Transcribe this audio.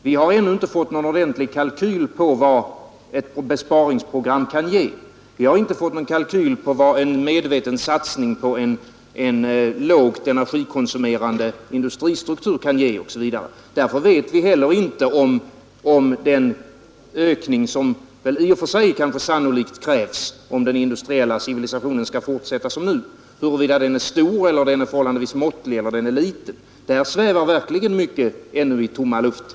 Vi har ännu inte fått någon kalkyl över vad ett besparingsprogram kan ge, dvs. vad en medveten satsning på en lågt energikonsumerande energistruktur kan ge osv. Därför vet vi heller inte om den ökning som väl i och för sig sannolikt krävs, såvida den industriella civilisationen skall fortsätta på samma sätt som nu, är stor, förhållandevis måttlig eller liten. Där svävar verkligen mycket ännu i tomma luften.